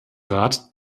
rat